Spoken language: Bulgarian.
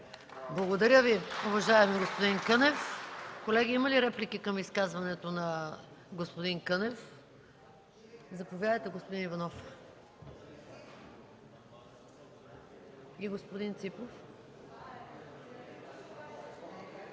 Благодаря Ви, уважаеми господин Кънев. Колеги, има ли реплики към изказването на господин Кънев? Заповядайте, господин Иванов. СТАНИСЛАВ ИВАНОВ